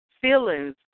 feelings